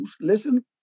listen